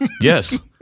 Yes